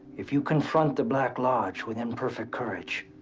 if you confront the black lodge with imperfect courage,